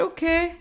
Okay